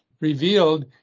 revealed